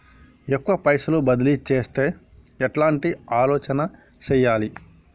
ఎక్కువ పైసలు బదిలీ చేత్తే ఎట్లాంటి ఆలోచన సేయాలి?